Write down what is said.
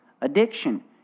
Addiction